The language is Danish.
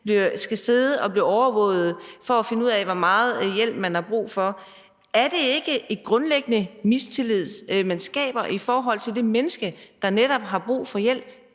skal sidde og blive overvåget, for at folk kan finde ud af, hvor meget hjælp man har brug for. Er det så ikke en grundlæggende mistillid, man skaber, i forhold til det menneske, der netop har brug for hjælp?